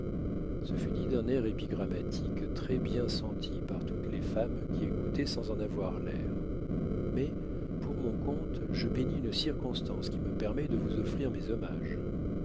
ce fut dit d'un air épigrammatique très-bien senti par toutes les femmes qui écoutaient sans en avoir l'air mais pour mon compte je bénis une circonstance qui me permet de vous offrir mes hommages